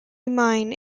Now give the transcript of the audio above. mine